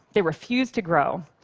they refused to grow.